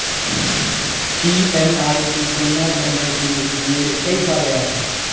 EMI की गणना करने के लिए कई सारे एप्प हैं